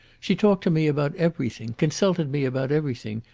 she talked to me about everything, consulted me about everything,